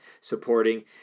supporting